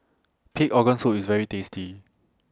Pig Organ Soup IS very tasty